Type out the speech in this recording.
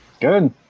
Good